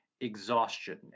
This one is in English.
exhaustion